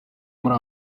muri